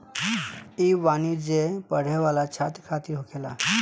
ई वाणिज्य पढ़े वाला छात्र खातिर होखेला